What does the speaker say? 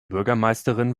bürgermeisterin